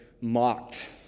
mocked